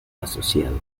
asociado